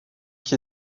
qui